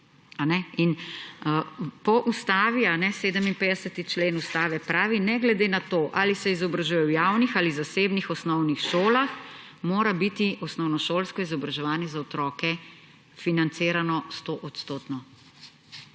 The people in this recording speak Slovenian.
po ustavi, 57. člen Ustave pravi: Ne glede na to, ali se izobražujejo v javnih ali zasebnih osnovnih šolah, mora biti osnovnošolsko izobraževanje za otroke financirano 100-odstotno,